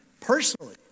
personally